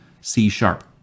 C-sharp